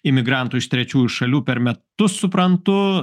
imigrantų iš trečiųjų šalių per metus suprantu